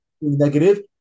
negative